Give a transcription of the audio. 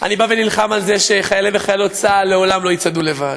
אני נלחם על זה שחיילי וחיילות צה"ל לעולם לא יצעדו לבד,